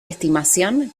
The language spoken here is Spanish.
estimación